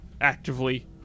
Actively